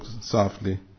softly